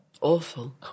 Awful